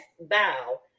bow